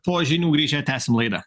po žinių grįžę tęsim laidą